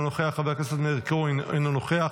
אינו נוכח,